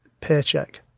paycheck